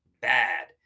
bad